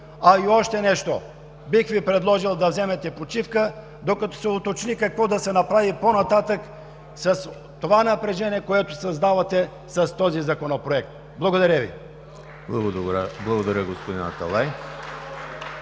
И още нещо – бих Ви предложил да вземете почивка, докато се уточни какво да се направи по-нататък с напрежението, което създавате с този законопроект. Благодаря Ви. (Ръкопляскания от